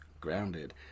grounded